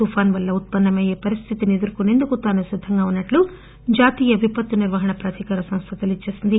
తుపాను వల్ల ఉత్పన్న మయ్యే పరిస్టితిని ఎదుర్కోసేందుకు తాను సిద్దంగా ఉన్నట్లు జాతీయ విపత్తు నిర్వహణ ప్రాధికార సంస్థ తెలియజేసింది